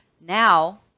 now